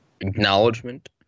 acknowledgement